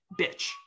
Bitch